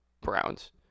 Browns